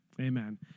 Amen